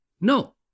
No